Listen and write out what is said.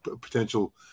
Potential